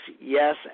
yes